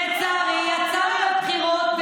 לצערי יצאנו לבחירות,